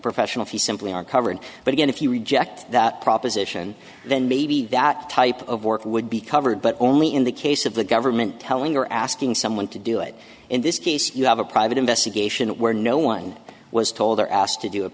professional fees simply aren't covered but again if you reject that proposition then maybe that type of work would be covered but only in the case of the government telling or asking someone to do it in this case you have a private investigation where no one was told or asked to do it